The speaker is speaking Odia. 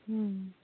ହୁଁ